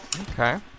Okay